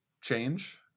change